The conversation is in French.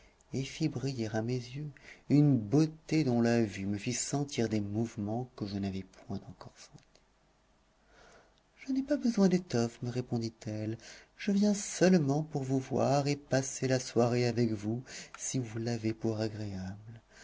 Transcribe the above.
et fit briller à mes yeux une beauté dont la vue me fit sentir des mouvements que je n'avais point encore sentis je n'ai pas besoin d'étoffes me répondit-elle je viens seulement pour vous voir et passer la soirée avec vous si vous l'avez pour agréable